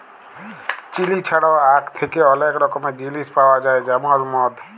chilli ছাড়াও আখ থ্যাকে অলেক রকমের জিলিস পাউয়া যায় যেমল মদ